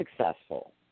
successful